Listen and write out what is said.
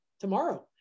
tomorrow